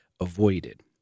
avoided